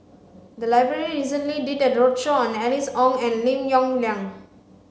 the library recently did a roadshow on Alice Ong and Lim Yong Liang